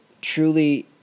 truly